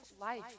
life